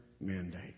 mandate